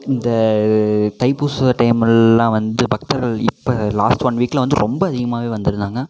இந்த தைப்பூசம் டைம்மெல்லாம் வந்து பக்தர்கள் இப்போ லாஸ்ட் ஒன் வீக்கில் வந்து ரொம்ப அதிகமாக வந்துருந்தாங்க